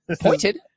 Pointed